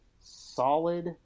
solid